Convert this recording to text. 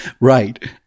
right